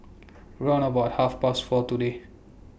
round about Half Past four today